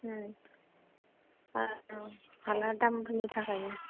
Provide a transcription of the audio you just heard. आ हाला दामफोरनि थाखायनो